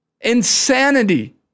Insanity